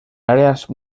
áreas